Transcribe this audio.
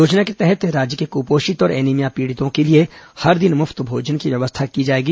योजना के तहत राज्य के कुपोषित और एनीमिया पीड़ितों के लिए हर दिन मुफ्त भोजन की व्यवस्था की जाएगी